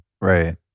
Right